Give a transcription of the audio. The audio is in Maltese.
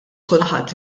kulħadd